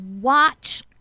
watch